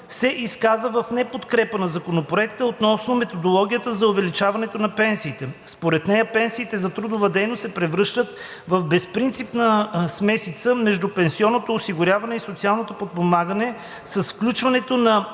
се изказа в неподкрепа на Законопроекта относно методологията за увеличението на пенсиите. Според нея пенсиите за трудова дейност се превръщат в безпринципна смесица между пенсионно осигуряване и социално подпомагане с включването на